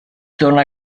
torna